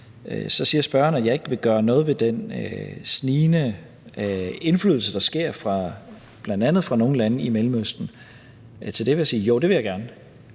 Så siger spørgeren, at det ikke vil gøre noget ved den snigende indflydelse, der sker fra bl.a. fra nogle lande i Mellemøsten. Til det vil jeg sige: Jo, det vil jeg gerne,